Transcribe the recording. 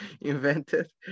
invented